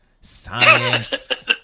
science